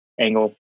Angle